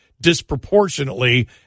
disproportionately